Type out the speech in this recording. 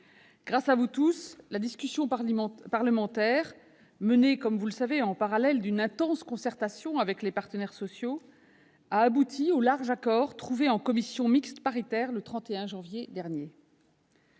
Grâce à vous tous, la discussion parlementaire, menée en parallèle d'une intense concertation avec les partenaires sociaux, a abouti au large accord trouvé en commission mixte paritaire le 31 janvier dernier.